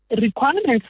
requirements